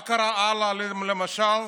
מה קרה הלאה, למשל?